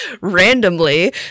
Randomly